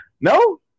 no